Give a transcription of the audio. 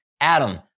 Adam